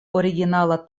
originala